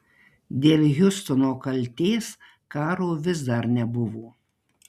dėl hiustono kaltės karo vis dar nebuvo